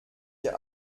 ihr